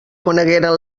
conegueren